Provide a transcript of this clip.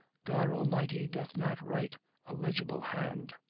god almighty doth not write a legible hand.